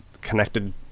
connected